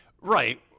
right